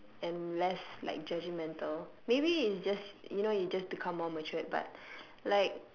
and less like judgmental maybe it's just you know you just become more matured but like